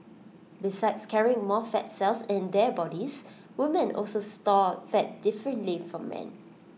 besides carrying more fat cells in their bodies women also store fat differently from men